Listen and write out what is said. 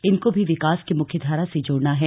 इनको भी विकास की मुख्यधारा से जोड़ना है